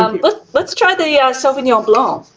um but let's try the sauvignon blanc.